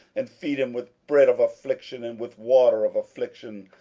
and feed him with bread of affliction and with water of affliction,